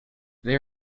they